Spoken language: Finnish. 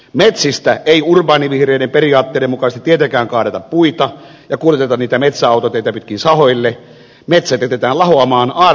metsistä ei urbaanivihreiden periaatteiden mukaisesti tietenkään kaadeta puita eikä kuljeteta niitä metsäautoteitä pitkin sahoille metsät jätetään lahoamaan aarniometsiksi